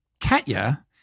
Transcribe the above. Katya